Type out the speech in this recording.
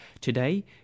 Today